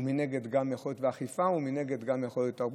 ומנגד זה גם יכול להיות אכיפה וגם יכול להיות תרבות.